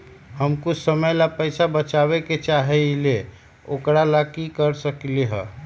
हम कुछ समय ला पैसा बचाबे के चाहईले ओकरा ला की कर सकली ह?